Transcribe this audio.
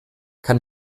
kann